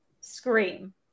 scream